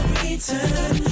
return